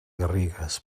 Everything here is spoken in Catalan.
garrigues